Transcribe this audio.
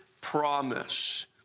promise